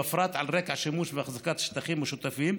בפרט על רקע שימוש ואחזקה של שטחים משותפים,